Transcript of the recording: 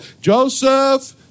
Joseph